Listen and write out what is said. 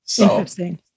Interesting